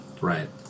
Right